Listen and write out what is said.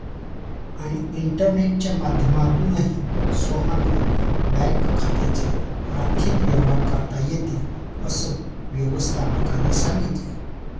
इंटरनेटच्या माध्यमातूनही सोहनला बँक खात्याचे आर्थिक व्यवहार करता येतील, असं व्यवस्थापकाने सांगितले